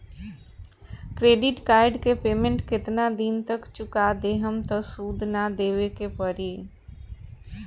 Credit card के payment केतना दिन तक चुका देहम त सूद ना देवे के पड़ी?